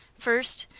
first,